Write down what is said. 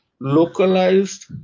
localized